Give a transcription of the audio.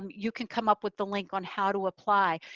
you can come up with the link on how to apply.